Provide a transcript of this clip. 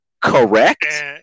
correct